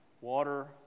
water